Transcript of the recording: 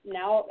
now